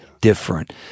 different